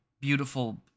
Beautiful